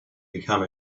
become